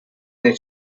their